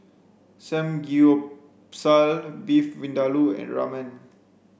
Beef Vindaloo and Ramen